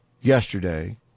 yesterday